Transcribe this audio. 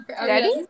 Ready